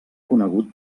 conegut